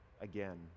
again